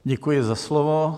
Děkuji za slovo.